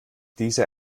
diese